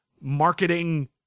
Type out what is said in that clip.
marketing